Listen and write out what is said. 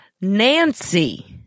Nancy